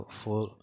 four